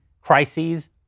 crises